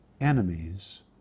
enemies